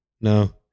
no